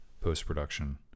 post-production